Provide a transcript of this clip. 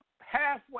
halfway